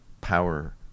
power